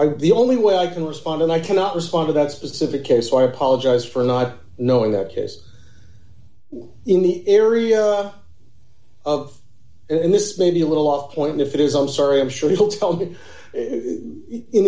argue the only way i can respond and i cannot respond to that specific case or apologize for not knowing that case well in the area of and this may be a little off point if it is i'm sorry i'm sure he'll tell me in